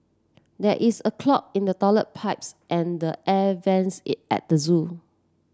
there is a clog in the toilet pipes and air vents it at the zoo